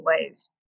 ways